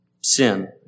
sin